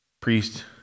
priest